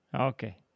Okay